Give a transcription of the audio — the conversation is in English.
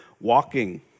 walking